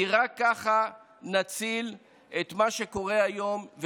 כי רק ככה נציל ממה שקורה היום,